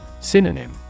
Synonym